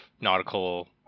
nautical